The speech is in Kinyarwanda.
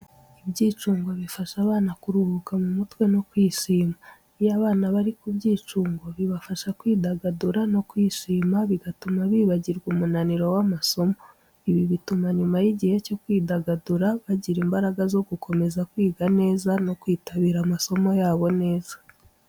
Ibyicungo bifasha abana kuruhuka mu mutwe no kwishima. Iyo abana bari ku byicungo, bibafasha kwidagadura no kwishima, bigatuma bibagirwa umunaniro w’amasomo. Ibi bituma nyuma y’igihe cyo kwidagadura, bagira imbaraga zo gukomeza kwiga neza no kwitabira amasomo yabo neza.